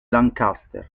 lancaster